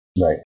Right